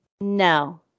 no